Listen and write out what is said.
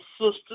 sister